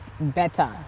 better